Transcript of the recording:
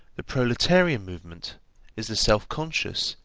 the proletarian movement is the self-conscious,